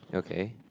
okay